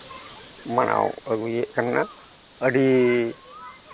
ᱢᱟᱱᱟᱣ ᱟᱹᱜᱩᱭᱮᱜ ᱠᱟᱱᱟ ᱟᱹᱰᱤ